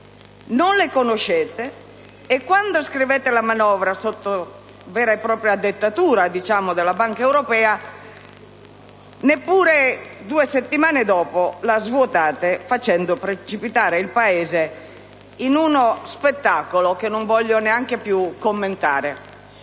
non le conoscete e, quando scrivete la manovra sotto vera e propria dettatura della Banca europea, neppure due settimane dopo la svuotate, facendo precipitare il Paese in uno spettacolo che non voglio neanche più commentare.